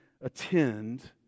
attend